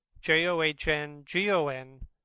J-O-H-N-G-O-N